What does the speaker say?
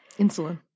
insulin